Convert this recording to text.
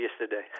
yesterday